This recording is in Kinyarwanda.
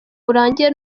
urangiye